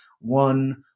one